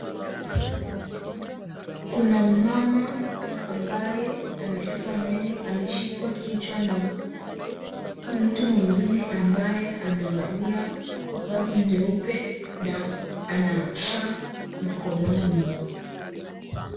Kuna mama ambaye amesuka nywele. Ameshikwa kichwa na mtu mwingine ambaye amevalia vazi jeupe, na ana saa mkononi.